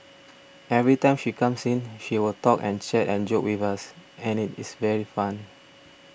every time she comes in she will talk and chat and joke with us and it is very fun